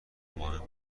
مهم